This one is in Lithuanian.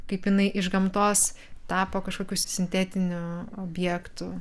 kaip jinai iš gamtos tapo kažkokiu sintetiniu objektu